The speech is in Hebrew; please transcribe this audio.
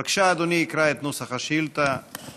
בבקשה, אדוני יקרא את נוסח השאילתה לפני